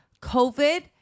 COVID